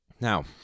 Now